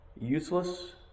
Useless